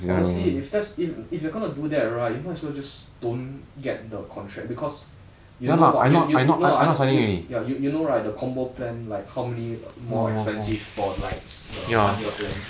honestly if that's if if they are going to do that right you might as well just don't get the contract because you know what you you you no you know right the combo plan like how many more expensive for like one year plan